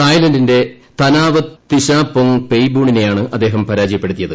തായ്ലന്റിന്റെ Thanawat Thisapong പെയ്ബൂണിനെയാണ് അദ്ദേഹം പരാജയപ്പെടുത്തിയത്